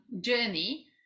journey